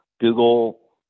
Google